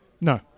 No